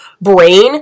brain